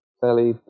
fairly